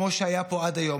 כמו שהיה פה עד היום,